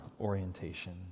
orientation